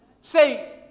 say